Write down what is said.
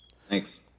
Thanks